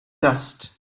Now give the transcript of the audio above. dust